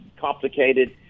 complicated